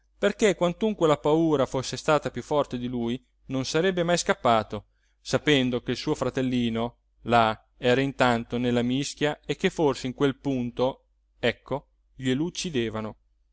perché quantunque la paura fosse stata piú forte di lui non sarebbe mai scappato sapendo che il suo fratellino là era intanto nella mischia e che forse in quel punto ecco gliel'uccidevano